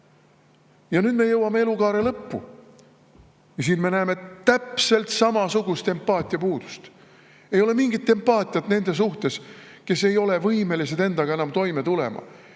Ja nüüd me jõuame elukaare lõppu. Siin me näeme täpselt samasugust empaatia puudumist. Ei ole mingit empaatiat nende suhtes, kes ei ole enam võimelised endaga toime tulema.